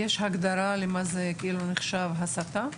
יש הגדרה מה נחשב להסתה?